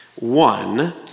One